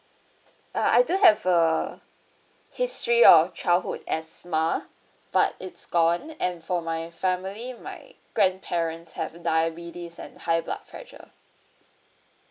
uh I do have a history of childhood asthma but it's gone and for my family my grandparents have diabetes and high blood pressure